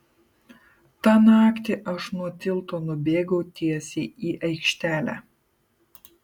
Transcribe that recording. tą naktį aš nuo tilto nubėgau tiesiai į aikštelę